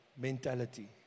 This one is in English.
mentality